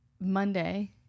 monday